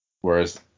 whereas